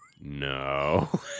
No